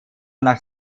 nach